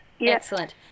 Excellent